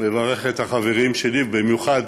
מברך את החברים שלי, במיוחד